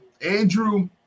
Andrew